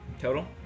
Total